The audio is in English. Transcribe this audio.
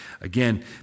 again